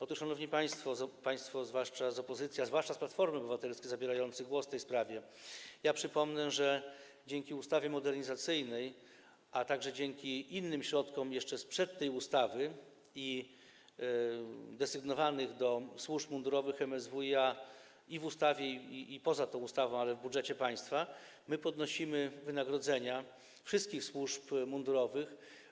Otóż, szanowni państwo, zwłaszcza państwo z opozycji, a szczególnie z Platformy Obywatelskiej, zabierający głos w tej sprawie, ja przypomnę, że dzięki ustawie modernizacyjnej, a także dzięki innym środkom, jeszcze sprzed tej ustawy, desygnowanym do służb mundurowych MSWiA - i w ustawie, i poza tą ustawą, ale w budżecie państwa - my podnosimy wynagrodzenia wszystkich służb mundurowych.